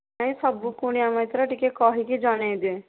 ନାଇଁ ସବୁ କୁଣିଆ ମୈତ୍ର କହିକି ଟିକିଏ ଜଣେଇଦେ